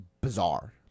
bizarre